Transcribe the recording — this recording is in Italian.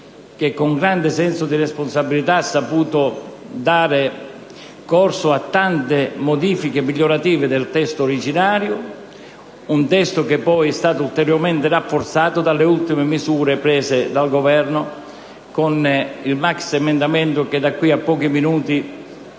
che con grande senso di responsabilità ha saputo dare corso a tante modifiche migliorative del testo originario, testo ulteriormente rafforzato dalle ultime misure adottate dal Governo con il maxiemendamento che di qui a pochi minuti